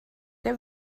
der